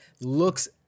looks